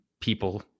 people